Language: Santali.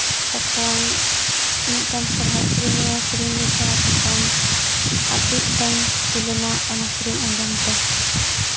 ᱛᱚᱠᱷᱚᱱ ᱢᱤᱫᱴᱟᱱ ᱥᱚᱨᱦᱟᱭ ᱥᱮᱨᱮᱧᱮ ᱥᱮᱨᱮᱧ ᱞᱮᱫᱟ ᱛᱚᱠᱷᱚᱱ ᱟᱹᱰᱤ ᱮᱴᱟᱜ ᱤᱧ ᱠᱩᱥᱤ ᱞᱮᱱᱟ ᱚᱟ ᱥᱮᱨᱮᱧ ᱟᱸᱡᱚᱢ ᱛᱮ